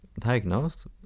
diagnosed